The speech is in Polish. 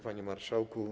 Panie Marszałku!